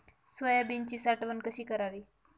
सोयाबीनची साठवण कशी करावी?